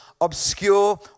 obscure